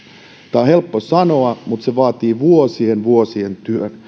on helppo sanoa mutta se vaatii vuosien vuosien työn